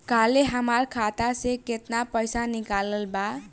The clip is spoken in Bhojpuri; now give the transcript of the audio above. काल्हे हमार खाता से केतना पैसा निकलल बा?